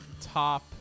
top